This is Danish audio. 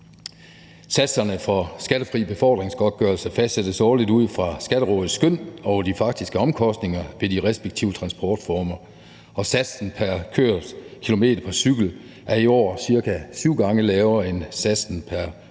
Satserne for skattefri befordringsgodtgørelse fastsættes årligt ud fra Skatterådets skynd og de faktiske omkostninger ved de respektive transportformer, og satsen pr. kørt kilometer på cykel er i år cirka syv gange lavere end satsen pr. kørt